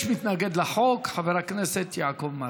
יש מתנגד לחוק, חבר הכנסת יעקב מרגי.